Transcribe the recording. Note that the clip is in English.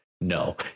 No